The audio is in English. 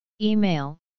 Email